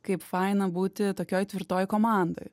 kaip faina būti tokioj tvirtoj komandoj